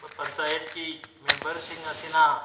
ꯄꯟꯆꯥꯌꯠꯀꯤ ꯃꯦꯝꯕꯔꯁꯤꯡ ꯑꯁꯤꯅ